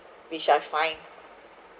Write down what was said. which I find